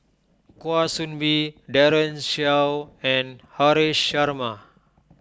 Kwa Soon Bee Daren Shiau and Haresh Sharma